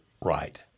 right